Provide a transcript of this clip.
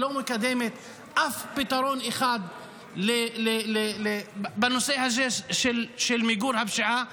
שלא מקדמת אף פתרון בנושא הזה של מיגור הפשיעה והאלימות?